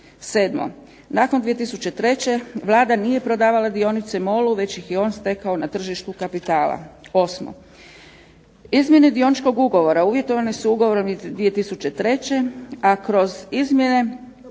Sedmo, nakon 2003. Vlada nije prodavala dionice MOL-u već ih je on stekao na tržištu kapitala. Osmo, izmjene dioničkog ugovora uvjetovane su ugovorom iz 2003. a kroz izmjene